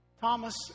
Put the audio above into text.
Thomas